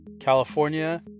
California